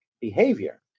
behavior